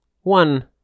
One